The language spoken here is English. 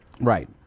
Right